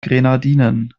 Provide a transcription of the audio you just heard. grenadinen